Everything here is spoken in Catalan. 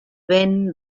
vent